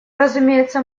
разумеется